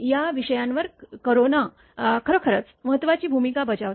या विषयानंतर कोरोना खरोखरच महत्त्वाची भूमिका बजावते